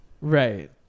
Right